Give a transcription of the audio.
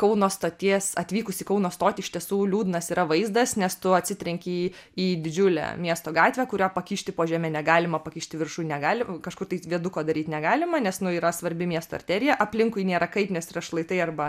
kauno stoties atvykus į kauno stotį iš tiesų liūdnas yra vaizdas nes tu atsitrenki į į didžiulę miesto gatvę kurią pakišti po žeme negalima pakišti viršų negali kažkur tai viaduko daryt negalima nes nu yra svarbi miesto arterija aplinkui nėra kaip nes yra šlaitai arba